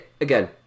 again